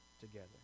together